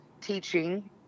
teaching